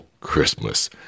Christmas